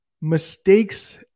mistakes